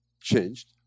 changed